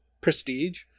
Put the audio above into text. prestige